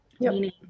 Meaning